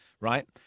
right